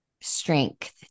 strength